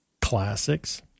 Classics